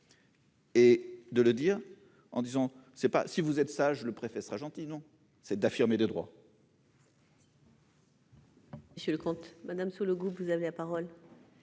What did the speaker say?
Et de le dire en disant c'est pas si vous êtes sages le préfet sera gentil non c'est d'affirmer de droit. Monsieur le comte madame sur le groupe, vous avez la parole.